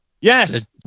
yes